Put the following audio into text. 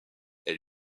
elle